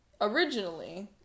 originally